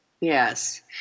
Yes